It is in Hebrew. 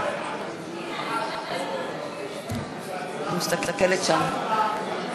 אינה נוכחת עבד אל חכים חאג' יחיא,